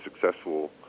successful